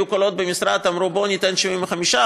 היו קולות במשרד שאמרו: בואו ניתן 75%